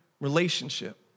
relationship